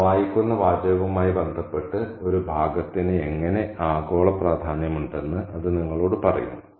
ഒരാൾ വായിക്കുന്ന വാചകവുമായി ബന്ധപ്പെട്ട് ഒരു ഭാഗത്തിന് എങ്ങനെ ആഗോള പ്രാധാന്യമുണ്ടെന്ന് അത് നിങ്ങളോട് പറയും